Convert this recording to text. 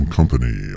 Company